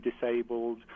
disabled